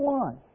one